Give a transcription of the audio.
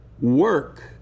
work